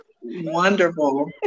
wonderful